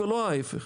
ולא ההפך.